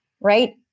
right